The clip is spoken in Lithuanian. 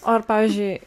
o ar pavyzdžiui